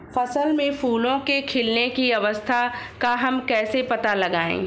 फसल में फूलों के खिलने की अवस्था का हम कैसे पता लगाएं?